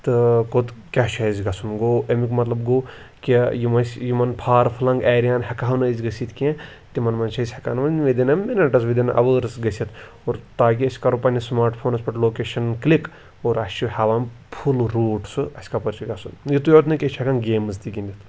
تہٕ کوٚت کیٛاہ چھُ اَسہِ گژھُن گوٚو اَمیُک مطلب گوٚو کہِ یِم أسۍ یِمَن پھار فٕلنٛگ ایریاہَن ہٮ۪کہٕ ہَو نہٕ أسۍ گٔژھِتھ کینٛہہ تِمَن منٛز چھِ أسۍ ہٮ۪کان وۄنۍ within a minutes within hours گٔژھِتھ اور تاکہِ أسۍ کَرو پنٛنِس سٕماٹ فونَس پٮ۪ٹھ لوکیشَن کِلِک اور اَسہِ چھِ ہاوان پھُل روٗٹ سُہ اَسہِ کَپٲرۍ چھُ گژھُن یِتُے یوت نہٕ کینٛہہ أسۍ چھِ ہٮ۪کان گیمٕز تہِ گِندِتھ